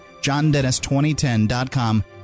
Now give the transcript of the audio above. JohnDennis2010.com